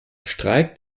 streik